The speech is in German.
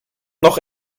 noch